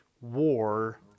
war